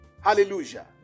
Hallelujah